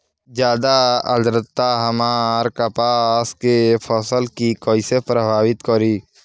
ज्यादा आद्रता हमार कपास के फसल कि कइसे प्रभावित करी?